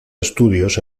estudios